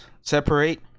separate